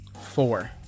Four